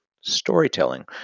storytelling